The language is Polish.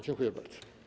Dziękuję bardzo.